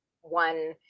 one